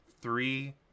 Three